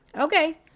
Okay